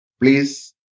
please